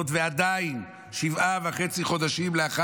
ועדיין, שבעה וחצי חודשים לאחר